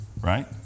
Right